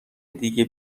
دیگه